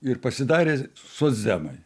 ir pasidarė socdemai